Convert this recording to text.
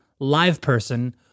LivePerson